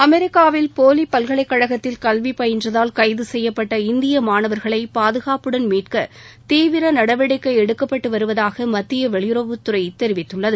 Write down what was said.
அமெரிக்காவில் போலி பல்கலைக்கழகத்தில் கல்வி பயின்றதால் கைது செய்யப்பட்ட இந்திய மாணவர்களை பாதுகாப்புடன் மீட்க தீவிர நடவடிக்கை எடுத்து வருவதாக மத்திய வெளியுறவத்துறை தெரிவித்துள்ளது